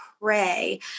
pray